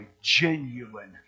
genuine